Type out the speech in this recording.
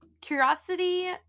curiosity